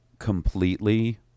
completely